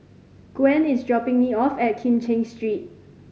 Gwen is dropping me off at Kim Cheng Street